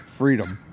freedom.